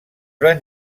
van